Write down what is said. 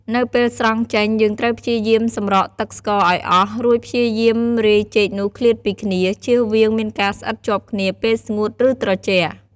នៅពេលស្រង់ចេញ យើងត្រូវព្យាយាមសម្រក់ទឹកស្ករឲ្យអស់ រួចព្យាយាមរាយចេកនោះឃ្លាតពីគ្នា ជៀសវាងមានការស្អិតជាប់គ្នាពេលស្ងួត ឬ ត្រជាក់។